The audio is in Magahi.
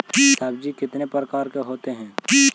सब्जी कितने प्रकार के होते है?